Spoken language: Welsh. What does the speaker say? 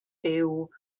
byw